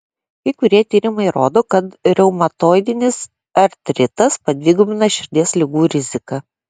kai kurie tyrimai rodo kad reumatoidinis artritas padvigubina širdies ligų riziką